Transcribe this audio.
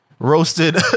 Roasted